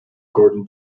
gordon